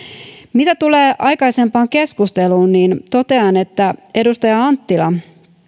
mitä tulee aikaisempaan keskusteluun niin totean että edustaja anttila